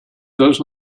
does